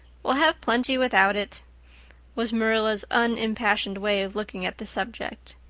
we'll have plenty without it was marilla's unimpassioned way of looking at the subject.